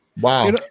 wow